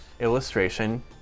illustration